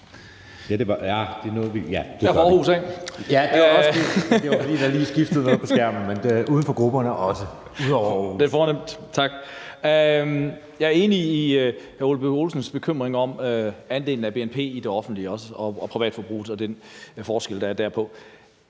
Jeg er enig i hr. Ole Birk Olesens bekymring om andelen af bnp i det offentlige og privatforbruget og den forskel, der er derpå.